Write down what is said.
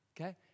Okay